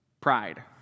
pride